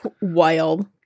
wild